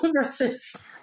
versus